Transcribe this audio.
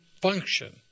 function